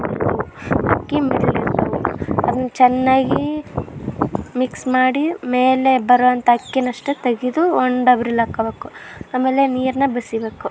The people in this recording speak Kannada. ಅಕ್ಕಿ ಮೇಲೆ ನಿಲ್ತವೆ ಅದನ್ನು ಚೆನ್ನಾಗಿ ಮಿಕ್ಸ್ ಮಾಡಿ ಮೇಲೆ ಬರೋಂಥ ಅಕ್ಕಿನಷ್ಟೇ ತೆಗೆದು ಒಂದು ಡಬ್ರಿಲ್ಲಿ ಹಾಕ್ಕೊಬಕು ಆಮೇಲೆ ನೀರನ್ನ ಬಸಿಯಬೇಕು